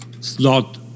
slot